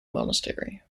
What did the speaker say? monastery